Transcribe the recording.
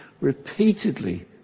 Repeatedly